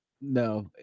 No